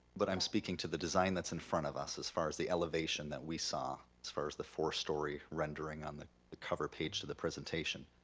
but i'm speaking to the design that's in front of us, as far as the elevation that we saw as far as the four story rendering on the the cover page of the presentation.